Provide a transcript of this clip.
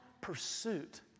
pursuit